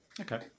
Okay